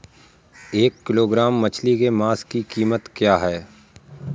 एक किलोग्राम मछली के मांस की कीमत क्या है?